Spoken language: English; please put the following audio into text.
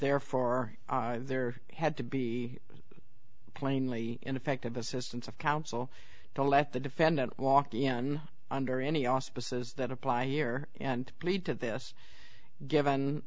therefore there had to be plainly ineffective assistance of counsel to let the defendant walk under any auspices that apply year and made to this given